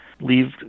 leave